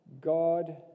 God